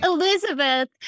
Elizabeth